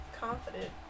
confident